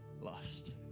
lost